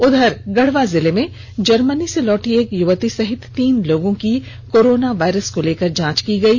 उधर गढ़वा जिले में जर्मनी से लौटी एक युवती सहित तीन लोगों की कोरोना वायरस को लेकर जांच की गयी